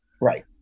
right